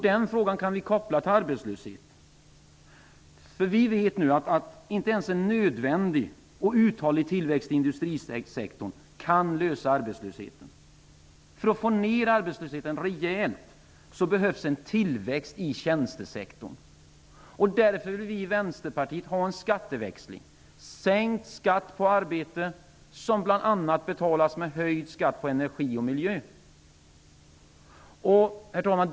Den frågan kan kopplas till arbetslösheten, för vi vet nu att inte ens en nödvändig och uthållig tillväxt i industrisektorn kan lösa arbetslösheten. För att få ner arbetslösheten rejält behövs en tillväxt i tjänstesektorn. Därför vill vi i Vänsterpartiet ha en skatteväxling -- sänkt skatt på arbete, som bl.a. betalas med höjd skatt på energi och miljö. Herr talman!